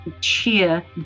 cheer